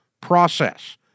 process